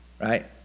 right